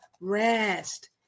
rest